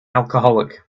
alcoholic